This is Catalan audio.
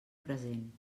present